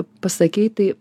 pasakei tai